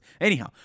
Anyhow